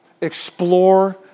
explore